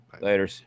Later